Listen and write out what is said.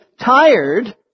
tired